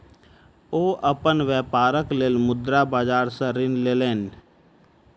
ओ अपन व्यापारक लेल मुद्रा बाजार सॅ ऋण लेलैन